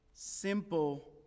simple